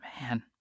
Man